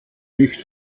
nicht